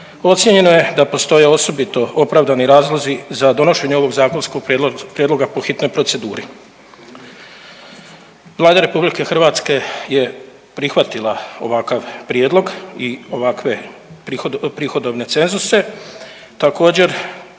ocijenjeno je da postoje osobito opravdani razlozi za donošenje ovog zakonskog prijedloga po hitnoj proceduri. Vlada Republike Hrvatske je prihvatila ovakav prijedlog i ovakve prihodovne cenzuse. Također